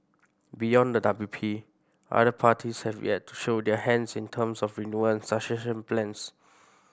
beyond the W P other parties have yet to show their hands in terms of renewal and succession plans